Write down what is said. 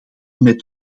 met